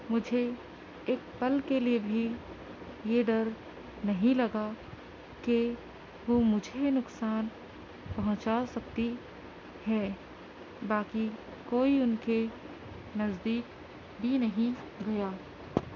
مجھے ایک پل کے لیے بھی یہ ڈر نہیں لگا کہ وہ مجھے نقصان پہنچا سکتی ہے باقی کوئی ان کے نزدیک بھی نہیں گیا